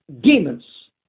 demons